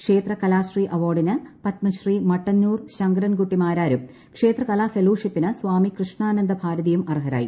ക്ഷേത്ര കലാശ്രീ അവാർഡിന് പത്മശ്രീ മട്ടന്നൂർ ശങ്കരൻ കുട്ടി മാരാരും ക്ഷേത്ര കലാ ഫെലോഷിപ്പിന് സ്ഥാമി കൃഷ്ണാനന്ദ ഭാരതിയും അർഹരായി